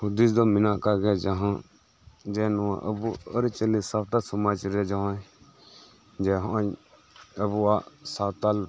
ᱦᱩᱫᱤᱥ ᱫᱚ ᱢᱮᱱᱟᱜ ᱠᱟᱜ ᱜᱮᱭᱟ ᱡᱟᱦᱟᱸ ᱡᱮ ᱱᱚᱣᱟ ᱟᱵᱚ ᱟᱨᱤ ᱪᱟᱞᱤ ᱥᱟᱶᱛᱟ ᱥᱚᱢᱟᱡᱽ ᱨᱮ ᱡᱟᱦᱟᱸᱭ ᱡᱮ ᱦᱚᱸᱜ ᱚᱭ ᱟᱵᱚᱣᱟᱜ ᱥᱟᱶᱛᱟᱞ